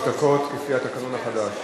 שלוש דקות, לפי התקנון החדש.